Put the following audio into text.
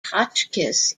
hotchkiss